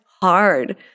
hard